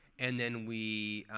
and then we